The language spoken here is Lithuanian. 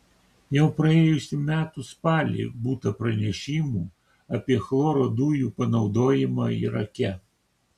jau praėjusių metų spalį būta pranešimų apie chloro dujų panaudojimą irake